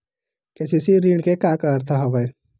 KCC ऋण के का अर्थ हवय?